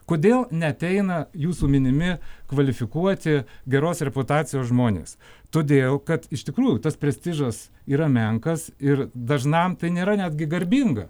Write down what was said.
kodėl neateina jūsų minimi kvalifikuoti geros reputacijos žmonės todėl kad iš tikrųjų tas prestižas yra menkas ir dažnam tai nėra netgi garbinga